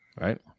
right